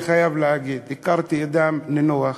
אני חייב להגיד שהכרתי אדם נינוח,